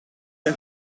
der